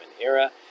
Era